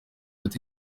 ati